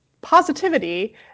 positivity